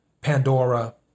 Pandora